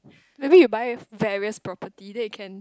maybe you buy various property then you can